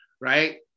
right